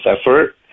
effort